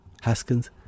Haskins